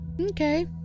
Okay